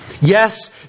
Yes